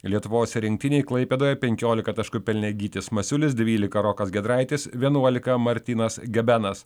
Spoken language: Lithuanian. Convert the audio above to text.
lietuvos rinktinėi klaipėdoje penkioliką taškų pelnė gytis masiulis dvyliką rokas giedraitis vienuoliką martynas gebenas